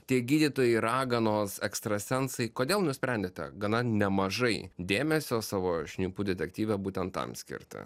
tie gydytojai raganos ekstrasensai kodėl nusprendėte gana nemažai dėmesio savo šnipų detektyve būtent tam skirti